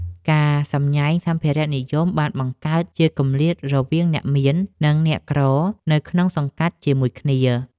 ការសម្ញែងសម្ភារៈនិយមបានបង្កើតជាគម្លាតរវាងអ្នកមាន និងអ្នកក្រនៅក្នុងសង្កាត់ជាមួយគ្នា។